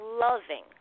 loving